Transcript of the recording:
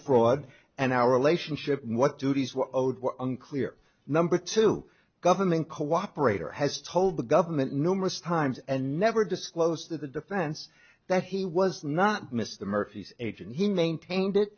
fraud and our relationship what duties were unclear number two governing cooperator has told the government numerous times and never disclosed to the defense that he was not miss the murphys age and he maintained it